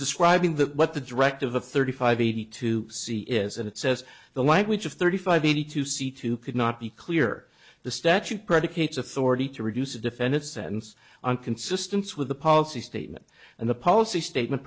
describing that what the directive of thirty five eighty two c is and it says the language of thirty five eighty two c two could not be clear the statute predicates authority to reduce defendant sentence on consistence with the policy statement and the policy statement